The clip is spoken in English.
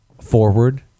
forward